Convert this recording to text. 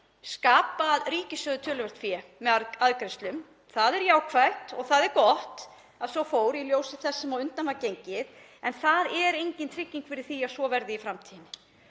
skapað ríkissjóði töluvert fé með arðgreiðslum. Það er jákvætt og það er gott að svo fór í ljósi þess sem á undan var gengið. En það er engin trygging fyrir því að svo verði í framtíðinni.